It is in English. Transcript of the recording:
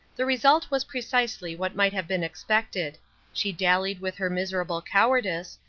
the result was precisely what might have been expected she dallied with her miserable cowardice,